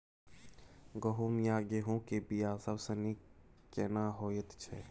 गहूम या गेहूं के बिया सबसे नीक केना होयत छै?